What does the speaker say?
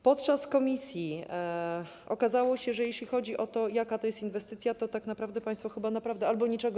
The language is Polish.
Podczas posiedzenia komisji okazało się, że jeśli chodzi o to, jaka to jest inwestycja, to tak naprawdę państwo chyba naprawdę niczego.